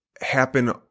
happen